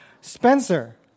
Spencer